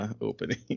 opening